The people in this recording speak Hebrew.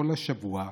כל השבוע,